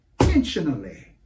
intentionally